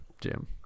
Jim